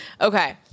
Okay